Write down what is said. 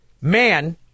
man